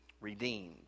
redeemed